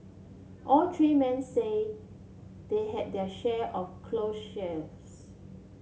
all three men say they had their share of close shaves